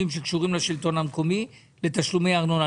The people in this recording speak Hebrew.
שקשורים לשלטון המקומי לבין תשלומי ארנונה.